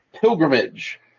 Pilgrimage